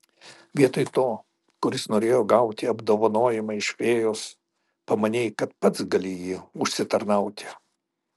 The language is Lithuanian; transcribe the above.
vietoj to kuris norėjo gauti apdovanojimą iš fėjos pamanei kad pats gali jį užsitarnauti